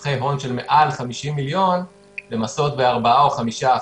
רווחי הון של מעל 50 מיליון ב-4% או ב-5%.